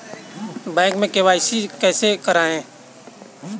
Bank में KYC कैसे करायें?